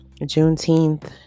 Juneteenth